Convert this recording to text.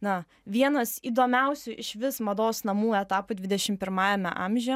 na vienas įdomiausių išvis mados namų etapų dvidešimt pirmajame amžiuje